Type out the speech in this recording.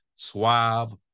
suave